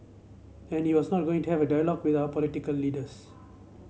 and he was not going to have a dialogue with our political leaders